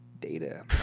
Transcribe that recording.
data